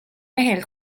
mehel